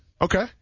Okay